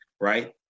right